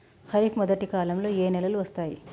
ఖరీఫ్ మొదటి కాలంలో ఏ నెలలు వస్తాయి?